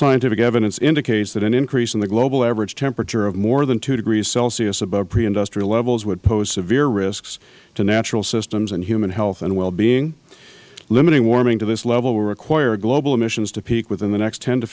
scientific evidence indicates that an increase in the global average temperature more than two degrees celsius above pre industrial levels would pose severe risks to natural systems and human health and well being limiting warming to this level will require global emissions to peak within the next ten to